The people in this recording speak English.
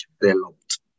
developed